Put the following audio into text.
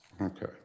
Okay